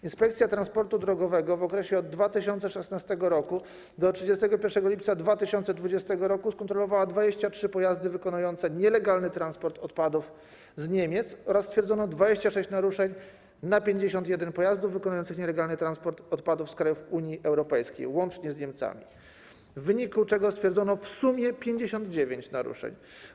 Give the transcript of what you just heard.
Inspekcja Transportu Drogowego w okresie od 2016 r. do 31 lipca 2020 r. skontrolowała 23 pojazdy wykonujące nielegalny transport odpadów z Niemiec oraz stwierdzono 26 naruszeń na 51 pojazdów wykonujących nielegalny transport odpadów z krajów Unii Europejskiej, łącznie z Niemcami, w wyniku czego stwierdzono w sumie 59 naruszeń.